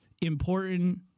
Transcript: important